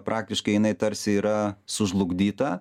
praktiškai jinai tarsi yra sužlugdyta